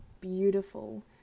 beautiful